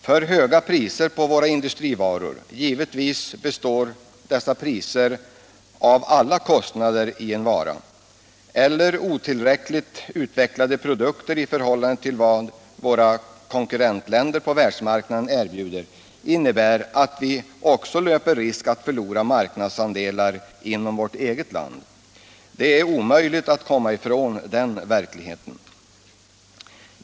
För höga priser på våra industrivaror — givetvis bestäms dessa priser av alla kostnader för en varas framställning — eller otillräckligt utvecklade produkter i förhållande till vad våra konkurrentländer på världsmarknaden erbjuder innebär att vi löper risk att förlora marknadsandelar också inom vårt eget land. Det är omöjligt att komma ifrån den verkligheten.